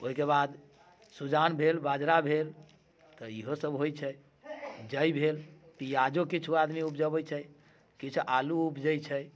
ओइके बाद सुजान भेल बाजरा भेल तऽ इहो सब होइ छै जइ भेल पियाजो किछु बादमे उपजाबै छै किछु आलू उपजै छै